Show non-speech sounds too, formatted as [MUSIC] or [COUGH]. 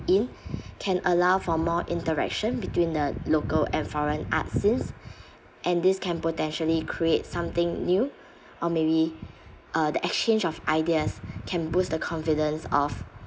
in [BREATH] can allow for more interaction between the local and foreign art scenes and this can potentially create something new or maybe uh the exchange of ideas can boost the confidence of